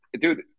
dude